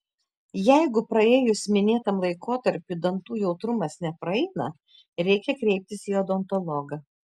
jeigu praėjus minėtam laikotarpiui dantų jautrumas nepraeina reikia kreiptis į odontologą